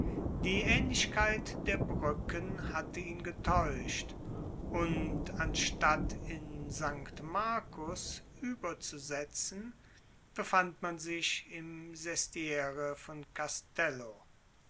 die ähnlichkeit der brücken hatte ihn getäuscht und anstatt in st markus überzusetzen befand man sich im sestiere von castello